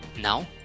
Now